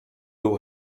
był